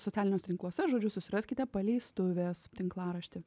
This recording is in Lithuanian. socialiniuose tinkluose žodžiu susiraskite paleistuvės tinklaraštį